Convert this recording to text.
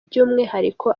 by’umwihariko